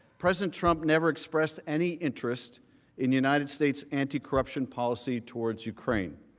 president trump never expressed any interest in the united states anticorruption policy towards ukraine.